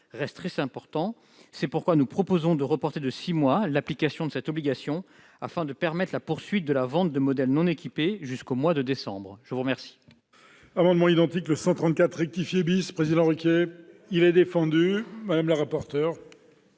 reste très important. C'est pourquoi nous proposons de reporter de six mois l'application de cette obligation, afin de permettre la poursuite de la vente de modèles non équipés jusqu'au mois de décembre. La parole